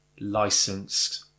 licensed